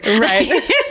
Right